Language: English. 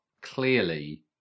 clearly